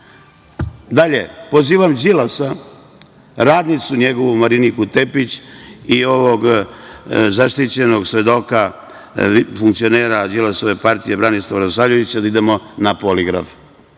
ona. Pozivam Đilasa, radnicu njegovu Mariniku Tepić i ovog zaštićenog svedoka, funkcionera Đilasove partije Branislava Radosavljevića, da idemo na poligraf.